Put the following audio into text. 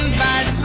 bad